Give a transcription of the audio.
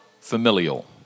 familial